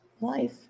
life